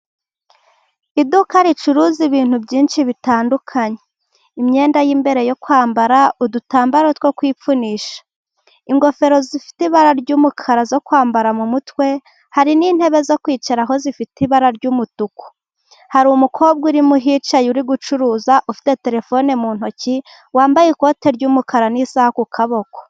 Iduka ricuruza ibintu byinshi bitandukanye: imyenda y’imbere yo kwambara, udutambaro two kwipfunisha, ingofero zifite ibara ry’umukara zo kwambara mu mutwe. Hari n’intebe zo kwicara aho zifite ibara ry’umutuku. Hari umukobwa urimo uhicaye, uri gucuruza, ufite telefone mu ntoki, wambaye ikote ry’umukara n’isaha ku kaboko.